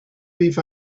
beef